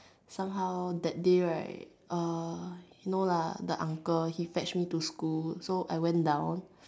somehow that day right uh no lah the uncle he fetch me to school so I went down